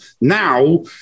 now